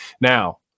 Now